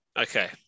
Okay